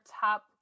top